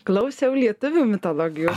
klausiau lietuvių mitologijos